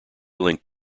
linked